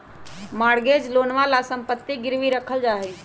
mortgage लोनवा ला सम्पत्ति गिरवी रखल जाहई